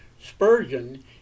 Spurgeon